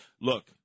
Look